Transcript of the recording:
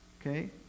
okay